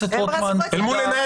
אל מול עיניי